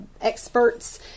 experts